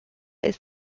ist